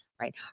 right